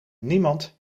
niemand